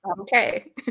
okay